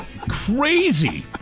Crazy